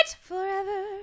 Forever